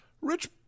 Rich